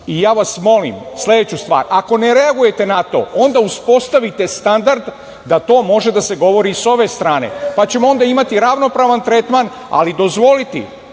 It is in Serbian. vas molim sledeću stvar. Ako ne reagujete na to, onda uspostavite standard da to može da se govori i sa ove strane, pa ćemo onda imati ravnopravan tretman, ali dozvoliti